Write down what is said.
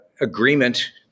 agreement